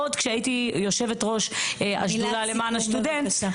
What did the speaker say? עוד כשהייתי יושבת-ראש השדולה למען הסטודנט.